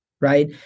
Right